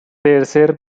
tercer